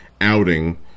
outing